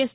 yes